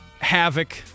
havoc